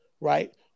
right